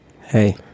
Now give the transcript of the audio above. Hey